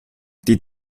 die